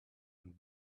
and